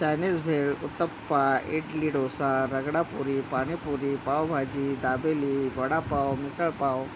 Chinese bhel uttappa idli dosa ragda puri panipuri pav bhaji dabeli vada pav misal pav